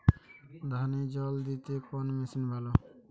ধানে জল দিতে কোন মেশিন ভালো?